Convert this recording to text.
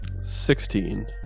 Sixteen